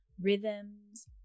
Rhythms